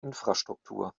infrastruktur